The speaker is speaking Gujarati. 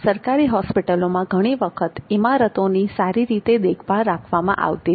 સરકારી હોસ્પિટલોમાં ઘણી વખત ઇમારતોની સારી રીતે દેખભાળ રાખવામાં આવતી નથી